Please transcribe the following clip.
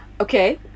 Okay